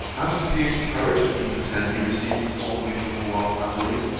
as to the encouragement you pretend he received formerly from all our family,